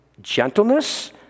gentleness